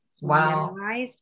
Wow